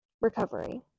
recovery